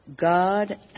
God